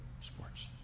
sports